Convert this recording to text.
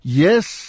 yes